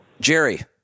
Jerry